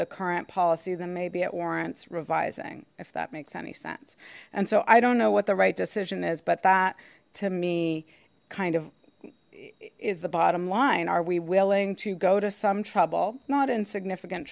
the current policy then maybe it warrants revising if that makes any sense and so i don't know what the right decision is but that to me kind of is the bottom line are we willing to go to some trouble not in significant